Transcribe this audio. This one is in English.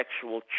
sexual